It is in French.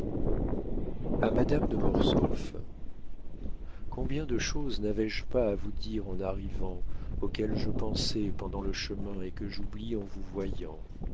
madame de mortsauf combien de choses n'avais-je pas à vous dire en arrivant auxquelles je pensais pendant le chemin et que j'oublie en vous voyant